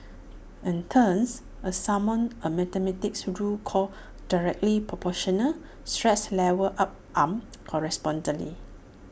and thus A summon A mathematics rule called directly Proportional stress levels up on correspondingly